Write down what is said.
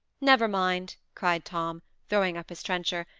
never mind! cried tom, throwing up his trencher,